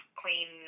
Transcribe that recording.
clean